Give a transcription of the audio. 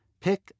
pick